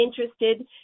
interested